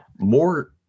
more